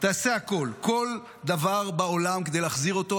תעשה הכול, כל דבר בעולם, כדי להחזיר אותו?